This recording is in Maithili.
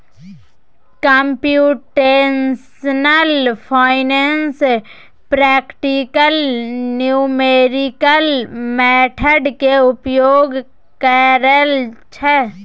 computational finance practical numerical method के उपयोग करइ छइ